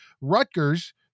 rutgers